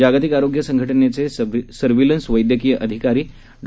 जागतिक आरोग्य संघ जेचे सर्व्हीलन्स वैद्यकीय अधिकारी डॉ